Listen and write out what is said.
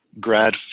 grad